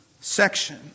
section